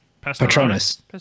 Patronus